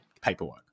paperwork